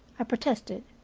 i protested.